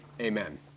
amen